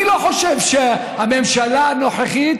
אני לא חושב שהממשלה הנוכחית